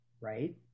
right